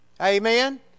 Amen